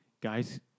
guys